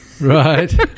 Right